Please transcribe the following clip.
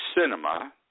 cinema